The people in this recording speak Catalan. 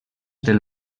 del